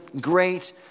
great